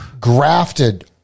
grafted